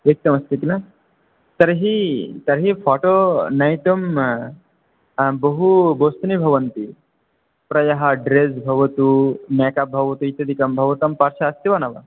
रिक्तमस्ति किल तर्हि तर्हि फ़ाटो नयितुं बहू वस्तूनि भवन्ति प्रायः ड्रेस् भवतु मेकप् भवतु इत्यादिकं भवतां पार्श्वे अस्ति वा न वा